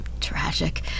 Tragic